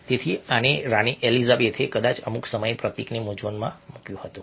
તેથી આ અને રાણી એલિઝાબેથે કદાચ અમુક સમયે પ્રતીકને મૂંઝવણમાં મૂક્યું હતું